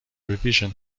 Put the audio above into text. revision